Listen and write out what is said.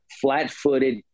flat-footed